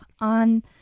on